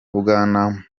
bwana